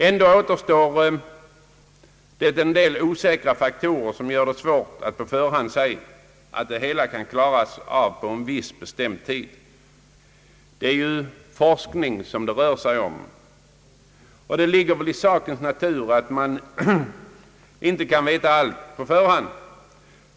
Ändå återstår det en del osäkra faktorer som gör det svårt att på förhand säga att det hela kan klaras av på en viss bestämd tid. Det rör sig ju om forskning, och det ligger i sakens natur att man inte kan veta allt på förhand.